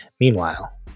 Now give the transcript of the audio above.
Meanwhile